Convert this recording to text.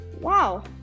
Wow